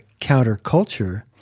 counterculture